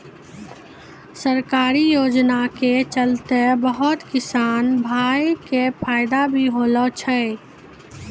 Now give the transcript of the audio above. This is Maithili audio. सरकारी योजना के चलतैं बहुत किसान भाय कॅ फायदा भी होलो छै